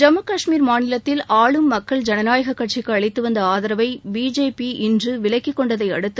ஜம்மு கஷ்மீர் மாநிலத்தில் ஆளும் மக்கள் ஜனநாயக கட்சிக்கு அளித்து வந்த ஆதரவை பிஜேபி இன்று விலக்கிக் கொண்டதை அடுத்து